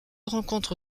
rencontre